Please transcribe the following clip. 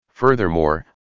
Furthermore